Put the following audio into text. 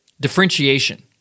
differentiation